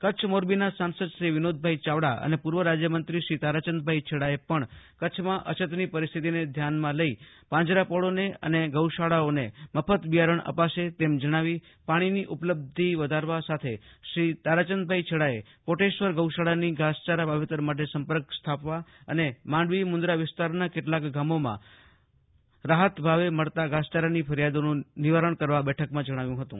કચ્છ મોરબીના સાંસદ શ્રી વિનોદભાઈ ચાવડા અને પૂર્વ રાજયમંત્રી શ્રી તારાચંદભાઈ છેડાએ પણ કચ્છમાં અછતની પરિસ્થિતને ધ્યાનમાં લઇ પાંજરાપોળોને અને ગૌશાળાઓને મફત બિયારણ અપાશે તેમ જણાવી પાણીની ઉપલબ્ધી વધારવા સાથે શ્રી તારાચંદભાઈ છેડાએ કોટેશ્વર ગૌશાળાનો ઘાસચારા વાવેતર માટે સંપર્ક સ્થાપવા અને માંડવી મુંદરા વિસ્તારના કેટલાંક ગામીમાં રાહત ભાવે મળતા ધાસચારાની ફરિયાદોનું નિવારણ કરવા બેઠકમાં જણાવ્યું હતું